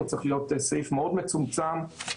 הוא צריך להיות סעיף מאוד מצומצם שאומר,